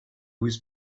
was